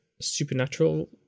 supernatural